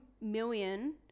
million